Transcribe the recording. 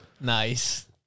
Nice